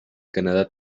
canadá